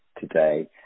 today